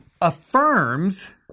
affirms